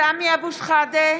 סמי אבו שחאדה,